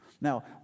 Now